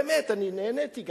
באמת, אני גם נהניתי.